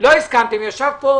ישב פה